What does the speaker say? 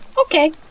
Okay